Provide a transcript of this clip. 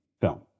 film